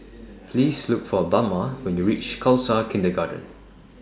Please Look For Bama when YOU REACH Khalsa Kindergarten